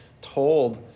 told